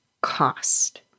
cost